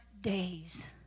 days